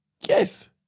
yes